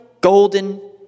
golden